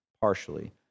partially